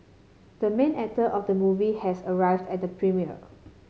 the main actor of the movie has arrived at the premiere